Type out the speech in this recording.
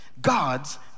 God's